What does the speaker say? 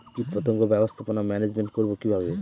কীটপতঙ্গ ব্যবস্থাপনা ম্যানেজমেন্ট করব কিভাবে?